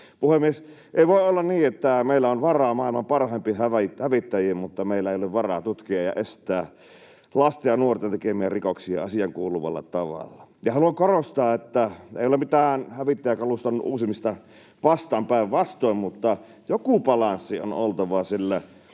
Puhemies! Ei voi olla niin, että meillä on varaa maailman parhaimpiin hävittäjiin mutta meillä ei ole varaa tutkia ja estää lasten ja nuorten tekemiä rikoksia asiaankuuluvalla tavalla. Ja haluan korostaa, että ei ole mitään hävittäjäkaluston uusimista vastaan, päinvastoin, mutta joku balanssi on oltava, sillä